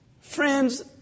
Friends